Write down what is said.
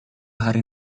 hari